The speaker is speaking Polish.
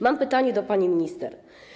Mam pytanie do pani minister.